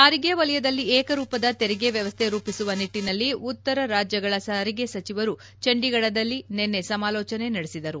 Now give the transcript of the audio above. ಸಾರಿಗೆ ವಲಯದಲ್ಲಿ ಏಕರೂಪದ ತೆರಿಗೆ ವ್ಲವಸ್ಥೆ ರೂಪಿಸುವ ನಿಟ್ಲನಲ್ಲಿ ಉತ್ತರ ರಾಜ್ಯಗಳ ಸಾರಿಗೆ ಸಚಿವರು ಚಂಡೀಗಢದಲ್ಲಿ ನಿನ್ನೆ ಸಮಾಲೋಚನೆ ನಡೆಸಿದರು